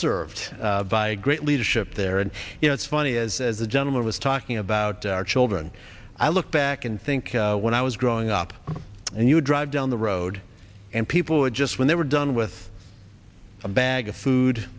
served by a great leadership there and you know it's funny as as the gentleman was talking about children i look back and think when i was growing up and you drive down the road and people would just when they were done with a bag of food